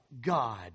God